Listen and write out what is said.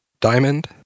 Diamond